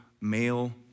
male